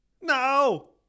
no